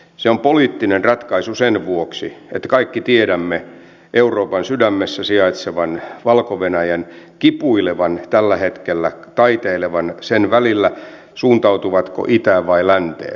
se on poliittinen ratkaisu sen vuoksi että kaikki tiedämme euroopan sydämessä sijaitsevan valko venäjän kipuilevan tällä hetkellä taiteilevan sen välillä suuntautuvatko itään vai länteen